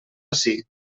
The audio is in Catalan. ací